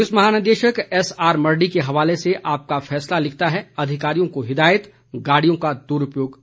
police महानिदेशक S R Mardi के हवाले से आपका फैसला लिखता है अधिकारियों को हिदायत गाड़ियों का दुरूपयोग न करें